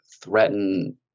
threaten